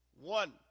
One